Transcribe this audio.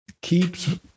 keeps